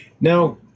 Now